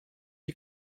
you